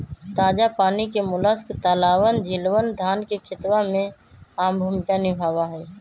ताजा पानी के मोलस्क तालाबअन, झीलवन, धान के खेतवा में आम भूमिका निभावा हई